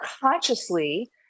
consciously